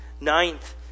Ninth